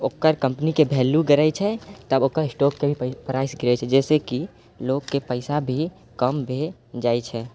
ओकर कम्पनीके भैलू गिरै छै तब ओकर स्टोकके भी प्राइस गिरै छै जाहिसँ कि लोकके पैसा भी कम भऽ जाइ छै